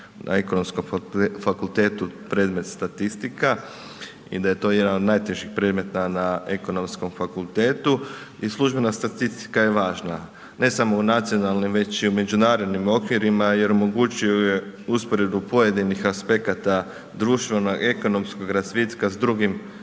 na Ekonomskom fakultetu predmet Statistika i da je to jedan od najtežih predmeta na Ekonomskom fakultetu i službena statistika je važna, ne samo u nacionalnim već i u međunarodnim okvirima jer omogućuje usporedbu pojedinih društvenog i ekonomskoga razvitka s drugim